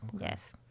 yes